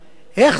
איך זה ייתכן,